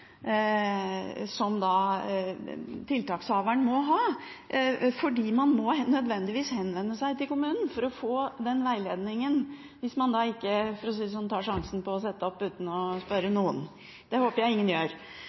man da ikke – for å si det sånn – tar sjansen på å sette opp noe uten å spørre noen. Det håper jeg ingen gjør.